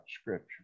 Scripture